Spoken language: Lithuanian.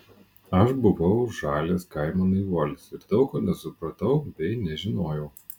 aš buvau žalias kaimo naivuolis ir daug ko nesupratau bei nežinojau